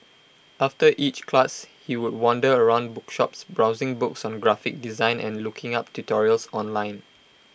after each class he would wander around bookshops browsing books on graphic design and looking up tutorials online